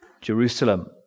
Jerusalem